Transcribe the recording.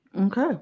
Okay